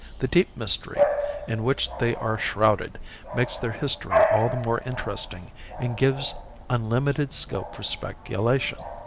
the deep mystery in which they are shrouded makes their history all the more interesting and gives unlimited scope for speculation.